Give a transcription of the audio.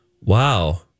Wow